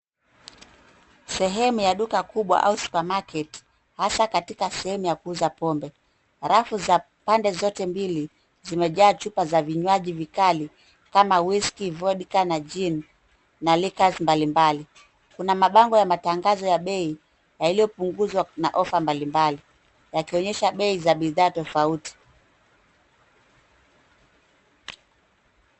Sehemu ya duka kubwa au (cs)suppermarket(cs), hasa katika sehemu ya kuuza pombe. Rafu za pande zote mbili, zimejaa chupa za vinywaji vikali kama (cs)whisky, vodka, ginc, na liqueurs(cs) mbalimbali. Kuna mabango ya matangazo ya bei, yaliyopunguzwa na ofa mbalimbali, yakionyesha bei za bidhaa tofauti.